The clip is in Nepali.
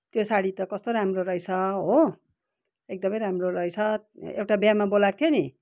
त्यो साडी त कस्तो राम्रो रहेछ हो एकदमै राम्रो रहेछ एउटा बिहामा बोलाएको थियो नि